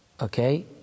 okay